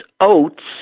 oats